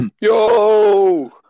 Yo